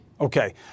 Okay